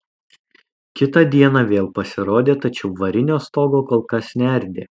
kitą dieną vėl pasirodė tačiau varinio stogo kol kas neardė